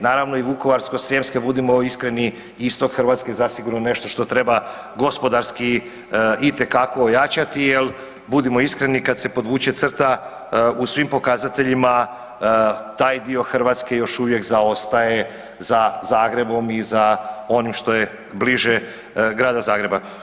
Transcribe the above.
Naravno, i Vukovarsko-srijemske, budimo iskreni, istok Hrvatske je zasigurno nešto što treba gospodarski itekako ojačati jer budimo iskreni, kad se podvuče crta, u svim pokazateljima, taj dio Hrvatske još uvijek zaostaje za Zagrebom i za onim što je bliže grada Zagreba.